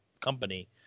company